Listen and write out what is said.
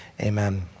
amen